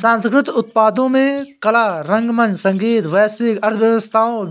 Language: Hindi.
सांस्कृतिक उत्पादों में कला रंगमंच संगीत वैश्विक अर्थव्यवस्थाओं